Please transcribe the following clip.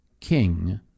King